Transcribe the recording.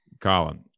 Colin